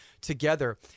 together